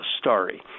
Starry